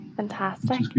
fantastic